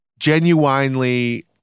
genuinely